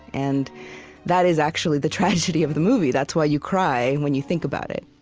and that is actually the tragedy of the movie. that's why you cry when you think about it